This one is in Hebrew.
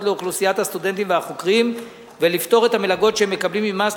לאוכלוסיית הסטודנטים והחוקרים ולפטור את המלגות שהם מקבלים ממס,